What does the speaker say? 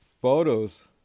Photos